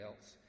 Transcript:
else